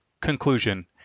Conclusion